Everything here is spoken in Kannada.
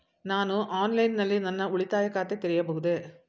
ನಾನು ಆನ್ಲೈನ್ ನಲ್ಲಿ ನನ್ನ ಉಳಿತಾಯ ಖಾತೆ ತೆರೆಯಬಹುದೇ?